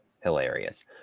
hilarious